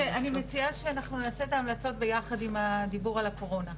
אני מציעה שאנחנו נעשה את ההמלצות ביחד עם הדיבור על הקורונה.